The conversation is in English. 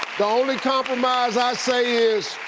the only compromise i say is,